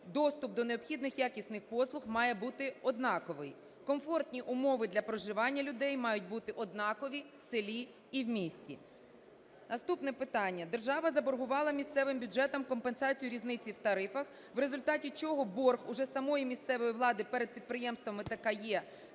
доступ до необхідних якісних послуг має бути однаковий. Комфортні умови для проживання людей мають бути однакові в селі і в місті. Наступне питання. Держава заборгувала місцевим бюджетам компенсацію різниці в тарифах, в результаті чого борг уже самої місцевої влади перед підприємствами ТКЕ